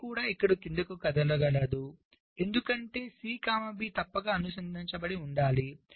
B కూడా ఇక్కడకు క్రిందికి కదలగలదు ఎందుకంటే C B తప్పక అనుసంధానించబడి ఉండాలి